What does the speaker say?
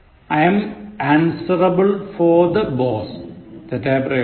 I am answerable for the boss തെറ്റായ പ്രയോഗം